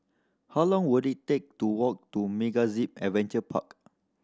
how long will it take to walk to MegaZip Adventure Park